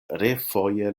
refoje